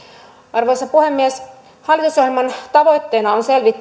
arvoisa puhemies hallitusohjelman tavoitteena on selvittää